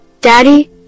Daddy